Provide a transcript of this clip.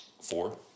Four